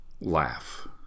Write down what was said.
laugh